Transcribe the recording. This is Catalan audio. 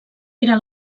era